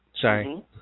Sorry